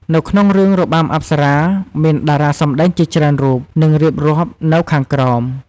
នៅក្នុងរឿងរបាំអប្សរា មានតារាសម្តែងជាច្រើនរូប នឹងរៀបរាប់នៅខាងក្រោម។